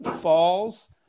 falls